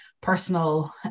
personal